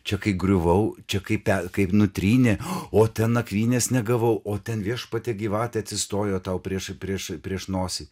čia kai griuvau čia kaip kaip nutrynė o ten nakvynės negavau o ten viešpatie gyvatė atsistojo tau priešai prieš prieš nosį